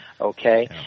okay